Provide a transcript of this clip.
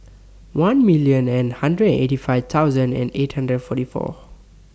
one million and hundred eighty five thousand and eight hundred forty four